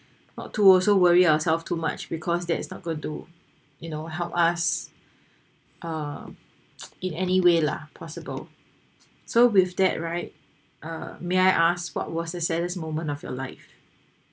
not to also worry ourselves too much because that is not got to you know help us uh in any way lah possible so with that right uh may I ask what was the saddest moment of your life